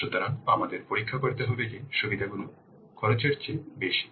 সুতরাং আমাদের পরীক্ষা করতে হবে যে সুবিধাগুলি খরচের চেয়ে বেশি